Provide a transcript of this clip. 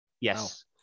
Yes